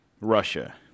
Russia